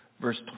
verse